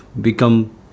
become